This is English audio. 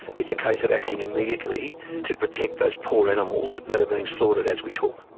it's a case of acting immediately to protect those poor animals that are being slaughtered as we talk.